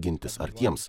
gintis ar tiems